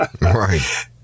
right